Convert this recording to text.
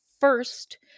first